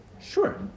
Sure